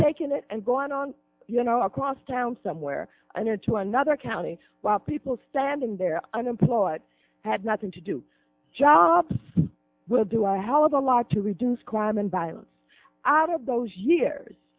taking it and going on you know across town somewhere and or to another county while people standing there unemployed had nothing to do jobs will do a hell of a lot to reduce crime and violence out of those years